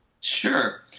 sure